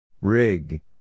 Rig